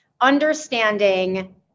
understanding